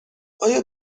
آیا